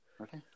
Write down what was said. Okay